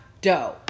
dough